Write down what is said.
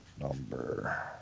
number